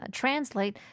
translate